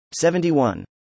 71